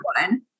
one